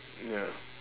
ya